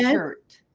yeah dirt.